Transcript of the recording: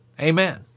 Amen